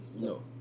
No